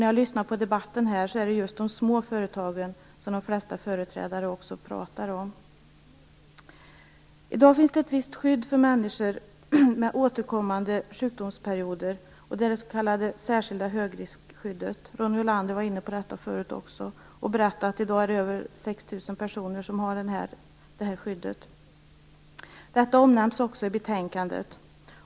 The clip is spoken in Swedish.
När jag lyssnar på debatten är det just de små företagen som de flesta företrädare också pratar om. I dag finns det ett visst skydd för människor med återkommande sjukdomsperioder. Det är det s.k. särskilda högriskskyddet. Ronny Olander var förut inne på detta och berättade att det i dag är över 6 000 personer som har skyddet. Detta omnämns också i betänkandet.